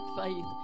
faith